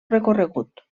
recorregut